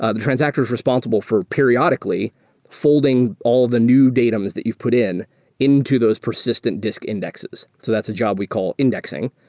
ah the transactor is responsible for periodically folding all the new datums that you've put in into those persistent disk indexes. so that's a job we call indexing,